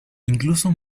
incluso